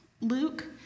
Luke